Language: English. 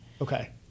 Okay